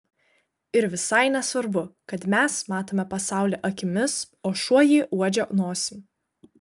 ir visai nesvarbu kad mes matome pasaulį akimis o šuo jį uodžia nosim